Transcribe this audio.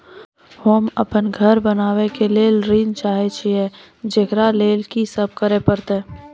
होम अपन घर बनाबै के लेल ऋण चाहे छिये, जेकरा लेल कि सब करें परतै?